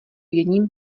jedním